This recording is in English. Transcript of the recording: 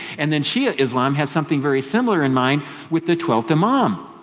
and then shi'a islam has something very similar in mind with the twelfth imam.